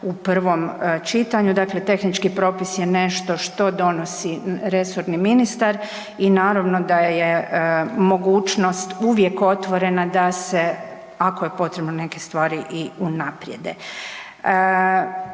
u prvom čitanju, dakle tehnički propis je nešto što donosi resorni ministar i naravno da je mogućnost uvijek otvorena da se ako je potrebno neke stvari da se i unaprijede.